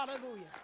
Hallelujah